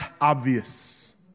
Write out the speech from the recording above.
obvious